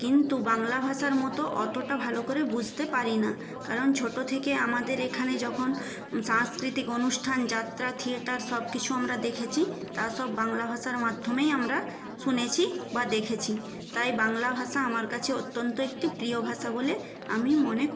কিন্তু বাংলা ভাষার মতো অতটা ভালো করে বুঝতে পারি না কারণ ছোট থেকে আমাদের এখানে যখন সাংস্কৃতিক অনুষ্ঠান যাত্রা থিয়েটার সব কিছু আমরা দেখেছি তা সব বাংলা ভাষার মাধ্যমেই আমরা শুনেছি বা দেখেছি তাই বাংলা ভাষা আমার কাছে অত্যন্ত একটি প্রিয় ভাষা বলে আমি মনে করি